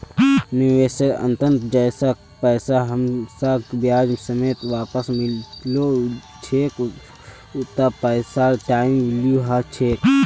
निवेशेर अंतत जैता पैसा हमसाक ब्याज समेत वापस मिलो छेक उता पैसार टाइम वैल्यू ह छेक